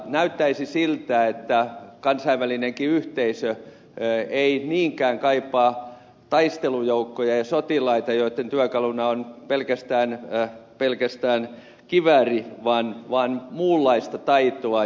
näyttäisi siltä että kansainvälinenkin yhteisö ei niinkään kaipaa taistelujoukkoja ja sotilaita joitten työkaluna on pelkästään kivääri vaan muunlaista taitoa